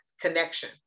connection